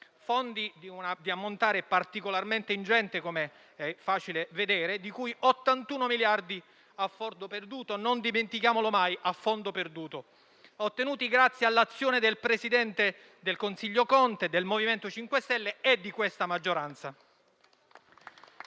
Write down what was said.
un ammontare particolarmente ingente, com'è facile vedere, di cui 81 miliardi a fondo perduto, non dimentichiamolo mai, ottenuti grazie all'azione del presidente del Consiglio Conte, del MoVimento 5 Stelle e di questa maggioranza.